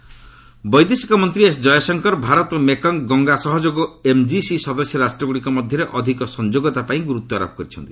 Jaishankar MGC ବୈଦେଶିକ ମନ୍ତ୍ରୀ S Jaishankar Bharat ଓ ମେକଙ୍ଗ୍ ଗଙ୍ଗା ସହଯୋଗ ଏମ୍ଜିସି ସଦସ୍ୟ ରାଷ୍ଟ୍ରଗୁଡ଼ିକ ମଧ୍ୟରେ ଅଧିକ ସଂଯୋଗତା ପାଇଁ ଗୁରୁତ୍ୱାରୋପ କରିଛନ୍ତି